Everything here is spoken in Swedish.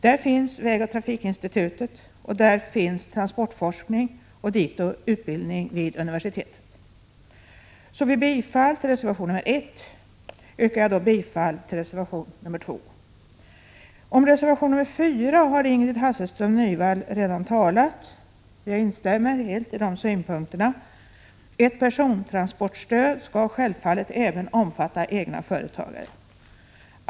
Där finns vägoch trafikinstitutet, och där finns transportforskning och dito utbildning vid universitetet. Vid bifall till reservation 1 yrkar jag bifall till reservation 2. Ingrid Hasselström Nyvall har redan talat om reservation 4. Jag instämmer helt i hennes synpunkter. Ett persontransportstöd skall självfallet även omfatta egna företagare.